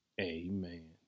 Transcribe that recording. Amen